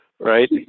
Right